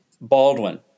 Baldwin